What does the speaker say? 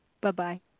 Bye-bye